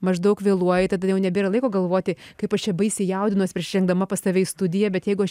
maždaug vėluoji tada jau nebėra laiko galvoti kaip aš čia baisiai jaudinuosi prieš įžengdama pas tave į studiją bet jeigu aš